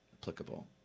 applicable